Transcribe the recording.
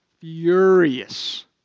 furious